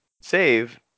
save